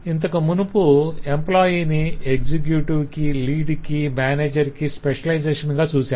ఇంతకు మునుపు ఎంప్లాయ్ ని ఎక్సెక్యుటివ్కి లీడ్ కి మేనేజర్ కి స్పెషలైజేషన్ గా చూసాం